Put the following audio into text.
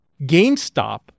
GameStop